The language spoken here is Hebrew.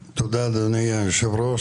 תודה, אדוני היושב-ראש.